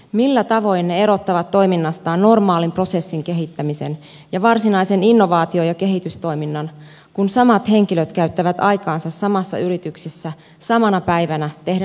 millä tavoin ne erottavat toiminnastaan normaalin prosessin kehittämisen ja varsinaisen innovaatio ja kehitystoiminnan kun samat henkilöt käyttävät aikaansa samassa yrityksessä tehden samana päivänä monenlaisia asioita